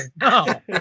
no